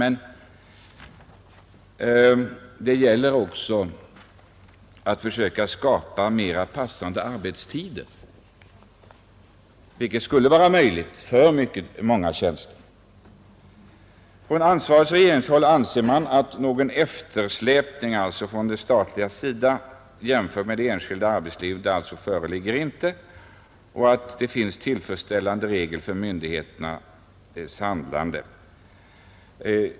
Men det gäller också att skapa mera passande arbetstider, vilket skulle vara möjligt för många tjänster. På ansvarigt regeringshåll anser man alltså att någon eftersläpning på den statliga sidan jämfört med det enskilda arbetslivet inte föreligger samt att det finns tillfredsställande regler för myndigheternas handlande.